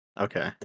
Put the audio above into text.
Okay